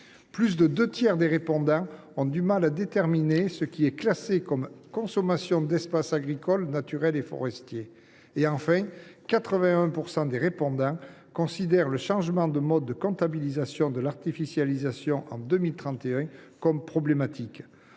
plus des deux tiers des répondants ont du mal à déterminer ce qui est classé comme consommation d’espaces agricoles, naturels et forestiers ; enfin, 81 % des répondants considèrent le changement de mode de comptabilisation de l’artificialisation en 2031 comme problématique…